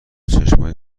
چشمای